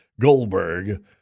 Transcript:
Goldberg